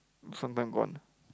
sometime gone